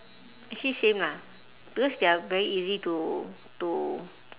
actually same lah because they are very easy to to